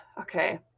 okay